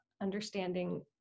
understanding